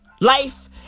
Life